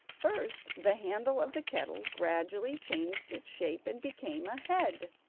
first the handle of the kettle gradually changed its shape and became a head,